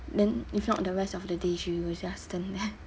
then if not the rest of the day she will just stand there